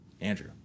Andrew